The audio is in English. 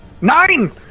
Nine